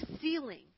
ceiling